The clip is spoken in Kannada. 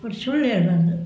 ಒಟ್ಟು ಸುಳ್ಳು ಹೇಳ್ಬಾರ್ದು